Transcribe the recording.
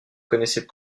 connaissait